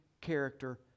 character